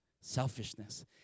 Selfishness